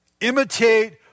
imitate